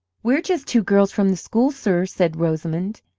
we're just two girls from the school, sir, said rosamond.